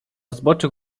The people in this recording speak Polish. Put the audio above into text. zboczu